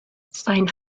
sein